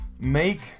make